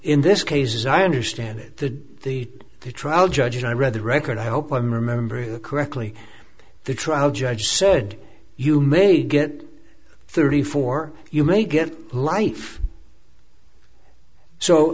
in this case as i understand it the the trial judge and i read the record i hope i'm remembering correctly the trial judge said you may get thirty four you may get life